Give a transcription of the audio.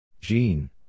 Jean